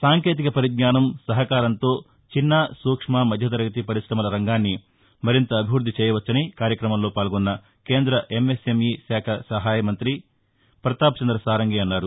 సాంకేతిక పరిజ్ఞానం సహకారంతో చిన్న సూక్ష్మ మధ్యతరగతి పరిశమల రంగాన్ని మరింత అభివృద్ధి చేయవచ్చని కార్యక్రమంలో పాల్గొన్న కేంద్ర ఎంఎస్ఎంఈ శాఖ సహాయ మంత్రి పతాప్ చంద్ర సారంగి అన్నారు